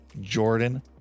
jordan